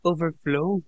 Overflow